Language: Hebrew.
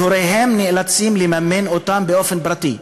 והוריהם נאלצים לממן אותם באופן פרטי.